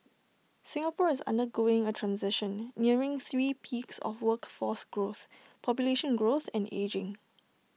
Singapore is undergoing A transition nearing three peaks of workforce growth population growth and ageing